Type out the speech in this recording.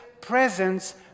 presence